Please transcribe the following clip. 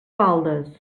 baldes